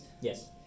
Yes